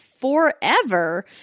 forever